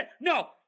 no